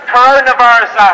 Coronavirus